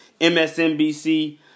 MSNBC